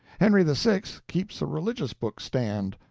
henry the sixth keeps a religious-book stand.